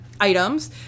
items